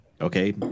Okay